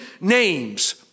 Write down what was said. names